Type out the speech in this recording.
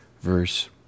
verse